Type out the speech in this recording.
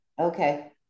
Okay